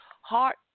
heart